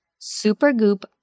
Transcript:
Supergoop